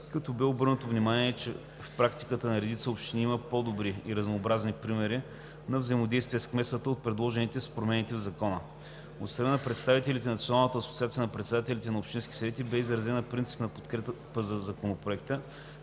като бе обърнато внимание, че в практиката на редица общини има по-добри и разнообразни примери на взаимодействие с кметствата от предложените с промените в Закона. От страна на представителите на Националната асоциация на председателите на общинските съвети бе изразена принципна подкрепа за Законопроекта,